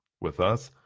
with us,